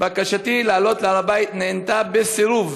בקשתי לעלות להר הבית נענתה בסירוב,